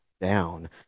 down